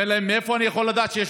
אומר להם: מאיפה אני יכול לדעת אם יש